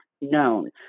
known